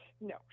No